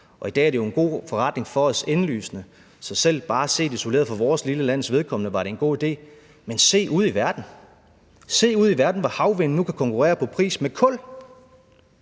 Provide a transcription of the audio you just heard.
i dag er det jo en god forretning for os, indlysende. Så selv bare set isoleret, for vores lille lands vedkommende, var det en god idé. Men se ud i verden. Se ud i verden, hvor havvind nu kan konkurrere på pris med kul.